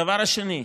הדבר השני,